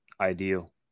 ideal